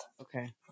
Okay